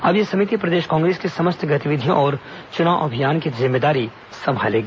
अब ये समिति प्रदेश कांग्रेस की समस्त गतिविधियों और चुनाव अभियान की जिम्मेदारी संभालेगी